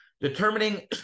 Determining